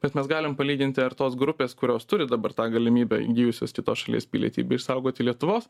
bet mes galim palyginti ar tos grupės kurios turi dabar tą galimybę įgijusius kitos šalies pilietybę išsaugoti lietuvos